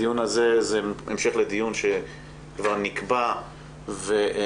הדיון הזה זה המשך לדיון שכבר נקבע ונדחה